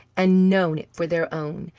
and known it for their own,